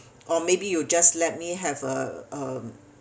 or maybe you just let me have a um